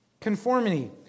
Conformity